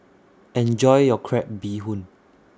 Enjoy your Crab Bee Hoon